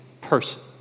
person